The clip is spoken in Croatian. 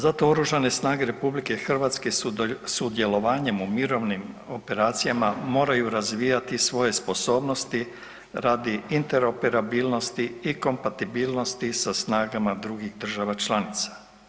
Zato oružane snage RH sudjelovanjem u mirovnim operacijama moraju razvijati svoje sposobnosti radi interoperabilnosti i kompatibilnosti sa snagama drugih država članica.